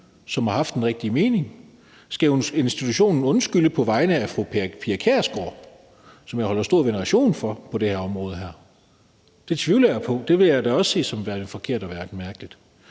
som har haft den rigtige mening. Skal institutionen undskylde på vegne af fru Pia Kjærsgaard, som jeg har stor veneration for på det her område? Det tvivler jeg på. Det vil jeg da også se som værende forkert og mærkeligt.